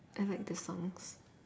I like the songs